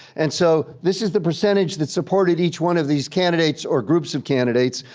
and so, this is the percentage that supported each one of these candidates or groups of candidates.